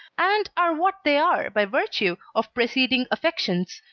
and are what they are by virtue of preceding affections,